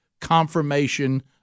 confirmation